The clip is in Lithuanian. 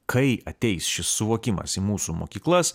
kai ateis šis suvokimas į mūsų mokyklas